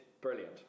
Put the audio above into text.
brilliant